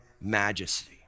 majesty